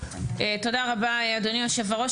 תודה רבה, אדוני יושב הראש.